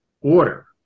order